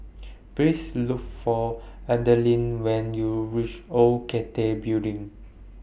Please Look For Adalynn when YOU REACH Old Cathay Building